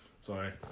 sorry